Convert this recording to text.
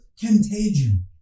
contagion